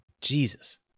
Jesus